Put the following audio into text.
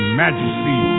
majesty